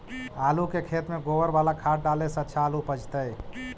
आलु के खेत में गोबर बाला खाद डाले से अच्छा आलु उपजतै?